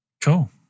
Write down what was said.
Cool